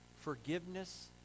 Forgiveness